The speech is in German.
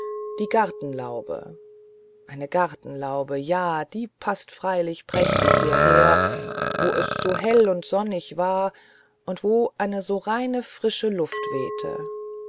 die gartenlaube eine gartenlaube ja die paßte freilich prächtig hierher wo es hell und sonnig war und wo eine so reine frische luft wehte